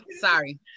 sorry